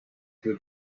till